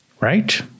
right